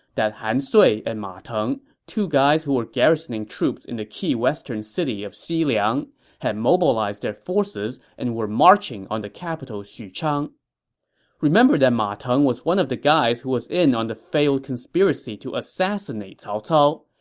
that han sui and ma teng, two guys who were garrisoning troops in the key western city of xiliang, had mobilized their forces and were marching on the capital xuchang. and remember that ma teng was one of the guys who was in on the failed conspiracy to assassinate cao cao,